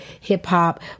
hip-hop